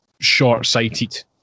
short-sighted